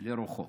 על רוחו.